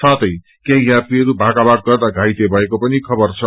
साथै केही यात्रीहरू भागाभाग गर्दा घाइते भएको पनि खबर छ